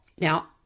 Now